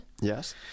Yes